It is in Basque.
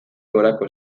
gorako